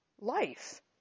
life